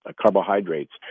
carbohydrates